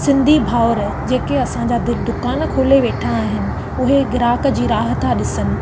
सिंधी भाउर जेके असांजा दि दुकानु खोले वेठा आहिनि उहे गिराक जी राह था ॾिसनि